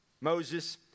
Moses